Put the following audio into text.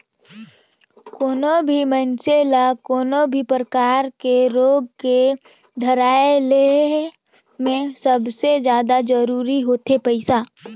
कोनो भी मइनसे ल कोनो भी परकार के रोग के धराए ले हे में सबले जादा जरूरी होथे पइसा